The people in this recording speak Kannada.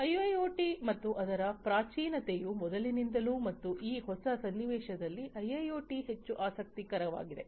ಆದ್ದರಿಂದ ಐಐಒಟಿ ಮತ್ತು ಅದರ ಪ್ರಾಚೀನತೆಯು ಮೊದಲಿನಿಂದಲೂ ಮತ್ತು ಈ ಹೊಸ ಸನ್ನಿವೇಶದಲ್ಲಿ ಐಐಒಟಿ ಹೆಚ್ಚು ಆಸಕ್ತಿಕರವಾಗಿದೆ